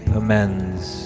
amends